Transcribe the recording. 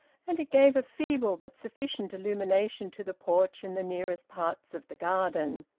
and it gave a feeble but sufficient illumination to the porch and the nearest parts of the garden.